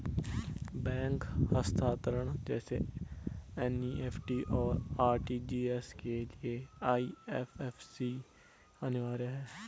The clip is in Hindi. बैंक हस्तांतरण जैसे एन.ई.एफ.टी, और आर.टी.जी.एस के लिए आई.एफ.एस.सी अनिवार्य है